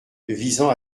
visant